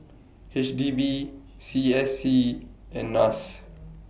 H D B C S C and Nas